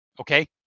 okay